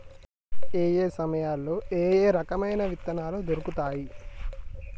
ఏయే సమయాల్లో ఏయే రకమైన విత్తనాలు దొరుకుతాయి?